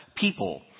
people